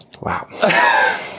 Wow